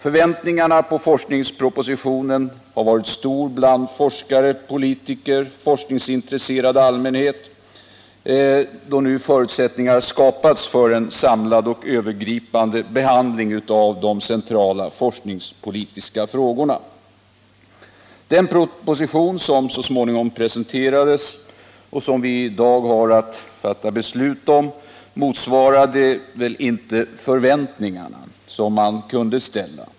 Förväntningarna på forskningspropositionen har varit stora bland forskare, politiker och forskningsintresserad allmänhet, då nu förutsättningar skapats för en samlad och övergripande behandling av de centrala forskningspolitiska frågorna. Den proposition som så småningom presenterades— och som vi i dag har att fatta beslut om — motsvarade väl inte de förväntningar som man kunde ställa.